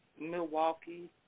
Milwaukee